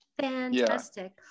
Fantastic